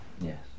yes